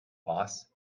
boss